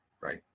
right